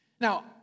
Now